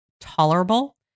tolerable